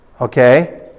Okay